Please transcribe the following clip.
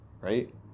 right